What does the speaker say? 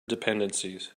dependencies